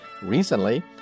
Recently